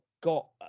got